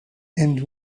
and